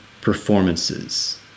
performances